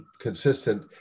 consistent